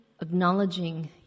acknowledging